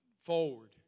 forward